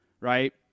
right